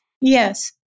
Yes